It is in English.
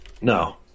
No